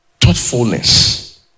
thoughtfulness